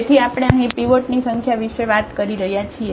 તેથી આપણે અહીં પીવોટની સંખ્યા વિશે વાત કરી રહ્યા છીએ